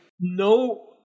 No –